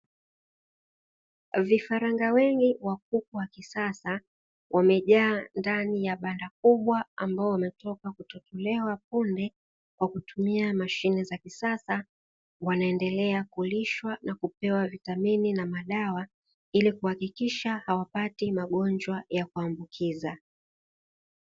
Vifaranga wengi wa kuku wa kisasa wamejaa ndani ya banda kubwa, ambao wametoka kutotolewa punde kwa kutumia mashine za kisasa, wanaendelea kulishwa na kupewa vitamini na madawa ili kuhakikisha hawapati magonjwa ya kuambukiza.